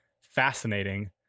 fascinating